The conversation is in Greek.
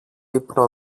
ύπνο